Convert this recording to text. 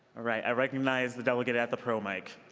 right. recognize the delegate at the pro mic.